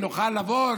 נוכל לבוא,